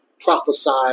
prophesied